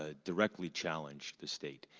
ah directly challenge the state,